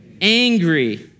Angry